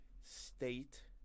state